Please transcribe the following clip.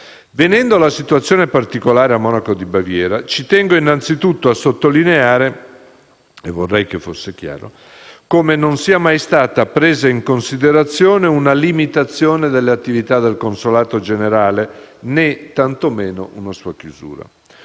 Venendo alla situazione particolare a Monaco di Baviera, tengo innanzi tutto a sottolineare - e vorrei che fosse chiaro - come non sia mai stata presa in considerazione una limitazione delle attività del consolato generale né tanto meno una sua chiusura.